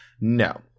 No